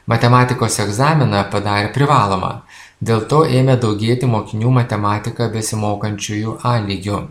matematikos egzaminą padarė privalomą dėl to ėmė daugėti mokinių matematiką besimokančiųjų a lygiu